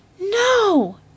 No